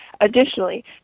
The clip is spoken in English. Additionally